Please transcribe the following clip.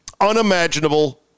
Unimaginable